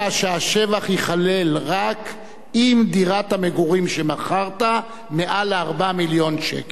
שהשבח ייכלל רק אם דירת המגורים שמכרת היא מעל 4 מיליון שקל.